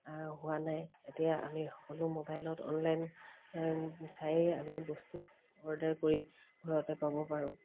হোৱা নাই এতিয়া আমি সকলো মোবাইলত অনলাইন চায়েইে আমি বস্তু অৰ্ডাৰ কৰি ঘৰতে পাব পাৰোঁ